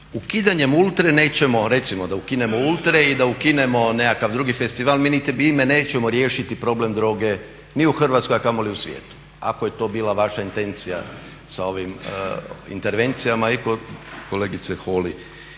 Ukidanjem Ultre recimo da ukinemo ultre i da ukinemo nekakav drugi festival mi time nećemo riješiti problem droge ni u Hrvatskoj, a kamoli u svijetu, ako je to bila vaša intencija sa ovim intervencijama i kod kolegice Holy